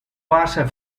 bassa